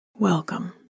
Welcome